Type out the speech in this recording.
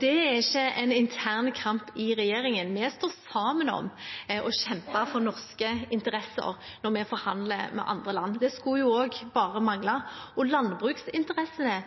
Det er ikke en intern kamp i regjeringen. Vi står sammen om å kjempe for norske interesser når vi forhandler med andre land. Det skulle også bare mangle. Og landbruksinteressene